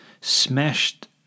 smashed